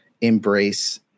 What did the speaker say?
embrace